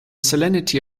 salinity